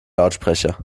lautsprecher